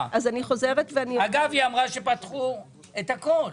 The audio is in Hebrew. אגב, היא אמרה שפתחו את הכול.